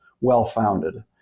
well-founded